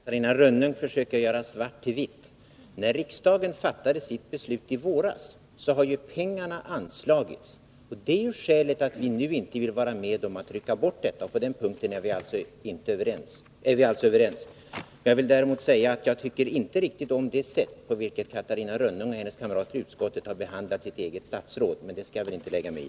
Herr talman! Catarina Rönnung försöker göra svart till vitt. I och med att riksdagen fattade sitt beslut i våras har ju pengarna anslagits. Det är skälet till att vi nu inte vill vara med om att rycka undan dem. På den punkten är vi alltså överens. Däremot vill jag säga att jag inte riktigt tycker om det sätt på vilket Catarina Rönnung och hennes kamrater i utskottet har behandlat sitt eget statsråd, men det skall jag väl inte lägga mig i.